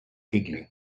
giggling